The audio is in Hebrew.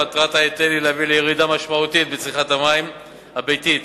מטרת ההיטל היא להביא לירידה משמעותית בצריכת המים הביתית.